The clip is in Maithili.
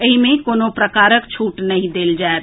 एहि मे कोनो प्रकारक छूट नहि देल जाएत